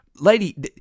Lady